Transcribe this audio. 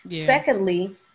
Secondly